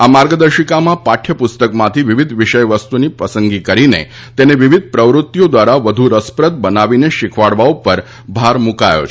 આ માર્ગદર્શિકામાં પાઠ્યપુસ્તકમાંથી વિવિધ વિષયવસ્તુની પસંદગી કરીને તેને વિવિધ પ્રવૃત્તિઓ દ્વારા વધુ રસપ્રદ બનાવીને શીખવાડવા ઉપર ભાર મૂકાયો છે